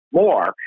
more